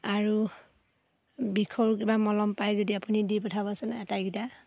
আৰু বিষৰ কিবা মলম পায় যদি আপুনি দি পঠাবচোন আটাইকেইটা